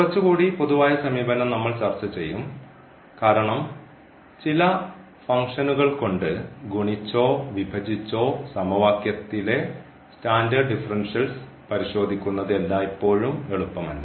കുറച്ചുകൂടി പൊതുവായ സമീപനം നമ്മൾ ചർച്ച ചെയ്യും കാരണം ചില ഫംഗ്ഷനുകൾ കൊണ്ട് ഗുണിച്ചോ വിഭജിച്ചോ സമവാക്യത്തിലെ സ്റ്റാൻഡേർഡ് ഡിഫറൻഷ്യൽസ് പരിശോധിക്കുന്നത് എല്ലായ്പ്പോഴും എളുപ്പമല്ല